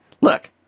Look